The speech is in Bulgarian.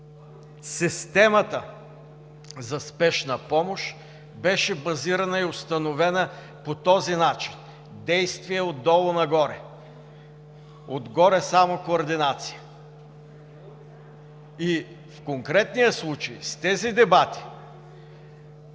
системата за спешна помощ беше базирана и установена по този начин – действия от долу нагоре. От горе е само координация. И в конкретния случай с тези дебати